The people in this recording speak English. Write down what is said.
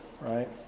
right